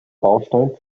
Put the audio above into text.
baustein